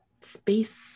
space